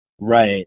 Right